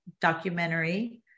documentary